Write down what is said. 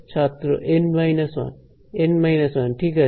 ছাত্র N 1 N 1 ঠিক আছে